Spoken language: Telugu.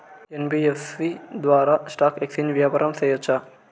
యన్.బి.యఫ్.సి ద్వారా స్టాక్ ఎక్స్చేంజి వ్యాపారం సేయొచ్చా?